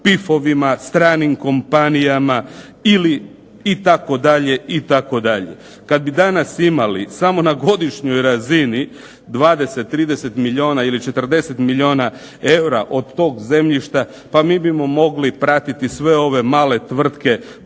pifovima, stranim kompanijama ili itd. itd. Kad bi danas imali samo na godišnjoj razini 20, 30 milijuna ili 40 milijuna eura od tog zemljišta pa mi bi mogli pratiti sve ove male tvrtke poput